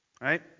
right